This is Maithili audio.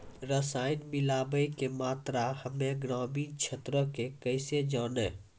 रसायन मिलाबै के मात्रा हम्मे ग्रामीण क्षेत्रक कैसे जानै?